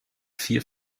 vier